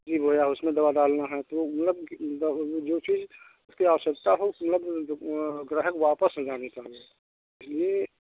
सब्जी बोया उसमे दवा डालना है तो मतलब जो चीज की आवशकता हो मतलब ग्राहक वापस न जाने पाये ये